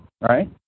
right